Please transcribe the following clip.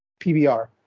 PBR